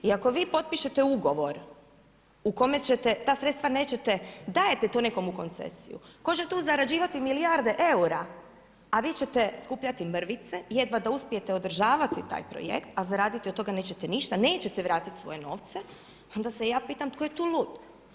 I ako vi potpišete ugovor u kome ta sredstva nećete, dajte to nekom u koncesiju, tko će tu zarađivati milijarde eura, a vi ćete skupljati mrvice, jedva da uspijete održavati taj projekt, a zaraditi od toga nećete ništa, nećete vratiti svoje novce, onda se ja pitam tko je tu lud?